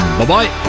Bye-bye